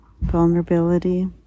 Vulnerability